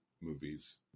movies